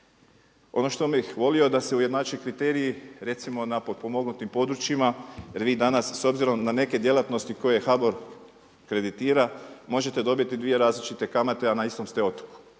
Ono što bih volio da se ujednače kriteriji redimo na potpomognutim područjima jer vi danas s obzirom na neke djelatnosti koje HBOR kreditira možete dobiti dvije različite kamate a na istom ste otoku.